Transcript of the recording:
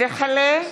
הצעת